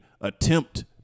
attempt